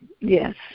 Yes